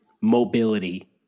mobility